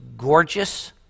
Gorgeous